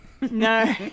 No